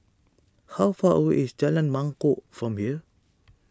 how far away is Jalan Mangkok from here